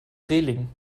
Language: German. reling